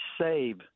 save